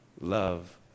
love